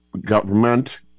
government